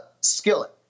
skillet